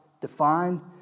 defined